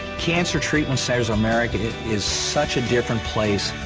cancer treatment centers of america. it is such a different place,